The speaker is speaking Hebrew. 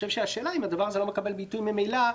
השאלה היא אם הדבר הזה אינו מקבל ביטוי ממילא,